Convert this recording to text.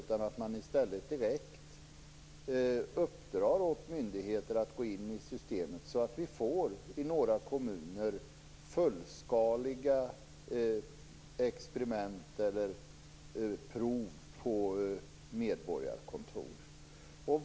I stället skulle man direkt kunna uppdra åt myndigheter att gå in i systemet, så att vi i några kommuner får fullskaliga experiment eller prov på medborgarkontor.